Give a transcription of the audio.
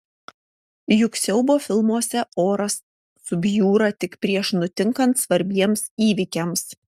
juk siaubo filmuose oras subjūra tik prieš nutinkant svarbiems įvykiams